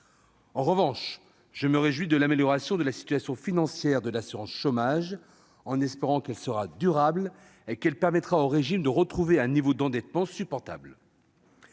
En revanche, je me réjouis de l'amélioration de la situation financière de l'assurance chômage, en espérant qu'elle sera durable et qu'elle permettra au régime de retrouver un niveau d'endettement supportable.